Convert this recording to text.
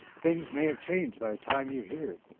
things may have changed by the time you hear it.